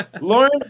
Lauren